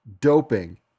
doping